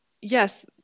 Yes